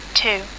two